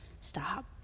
stop